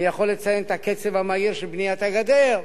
אני יכול לציין את הקצב המהיר של בניית הגדר,